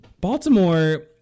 Baltimore